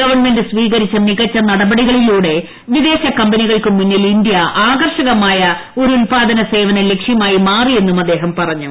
government സ്വീകരിച്ച മികച്ചു നടപടികളിലൂടെ വിദേശ കമ്പനികൾക്ക് മുന്നിൽ ഇന്ത്യ ആകർഷ്കമായ ഒരു ഉൽപാദന സേവന ലക്ഷ്യമായി മാറിയെന്നും അദ്ദേഹം പറഞ്ഞു